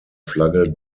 flagge